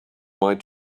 might